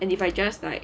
and if I just like